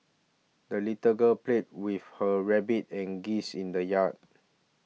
the little girl played with her rabbit and geese in the yard